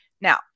Now